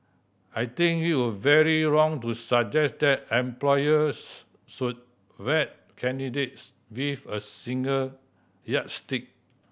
I think it would very wrong to suggest that employers should vet candidates with a single yardstick